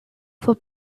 for